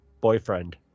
boyfriend